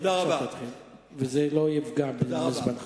זה לא יפגע בזמנך.